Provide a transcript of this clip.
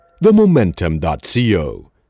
TheMomentum.co